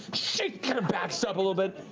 backs up a little bit.